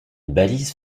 balise